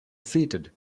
seated